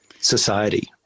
society